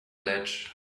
ledge